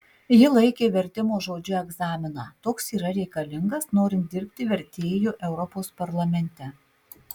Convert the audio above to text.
ji laikė vertimo žodžiu egzaminą toks yra reikalingas norint dirbti vertėju europos parlamente